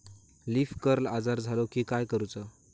Leaf curl आजार झालो की काय करूच?